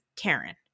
Karen